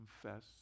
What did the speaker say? confess